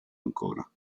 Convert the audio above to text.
ancora